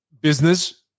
business